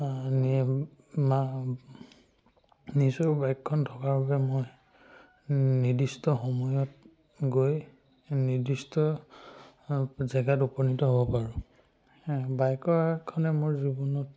নিজৰ বাইকখন থকাৰ বাবে মই নিৰ্দিষ্ট সময়ত গৈ নিৰ্দিষ্ট জেগাত উপনীত হ'ব পাৰোঁ বাইকৰখনে মোৰ জীৱনত